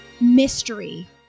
mystery